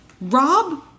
Rob